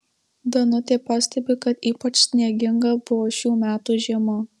danutė pastebi kad ypač snieginga buvo šių metų žiema